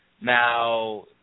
Now